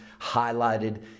highlighted